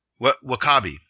Wakabi